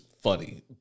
funny